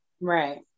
Right